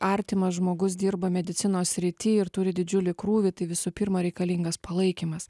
artimas žmogus dirba medicinos srity ir turi didžiulį krūvį tai visų pirma reikalingas palaikymas